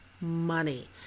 money